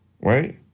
right